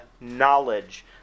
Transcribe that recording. knowledge